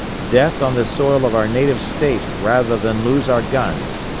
death on the soil of our native state rather than lose our guns.